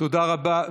תודה רבה.